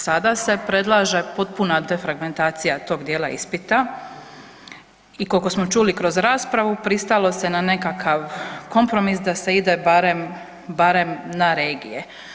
Sada se predlaže potpuna defragmentacija tog djela ispita i koliko smo čuli kroz raspravu, pristalo se na nekakav kompromis da se ide barem na regije.